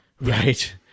right